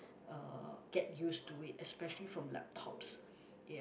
uh get used to it especially from laptops ya